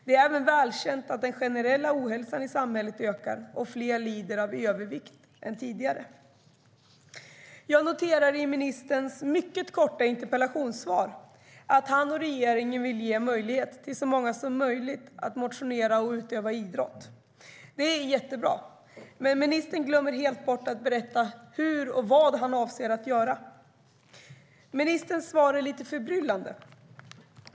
Det är även välkänt att den generella ohälsan i samhället ökar och att fler lider av övervikt än tidigare. Ministerns svar är lite förbryllande.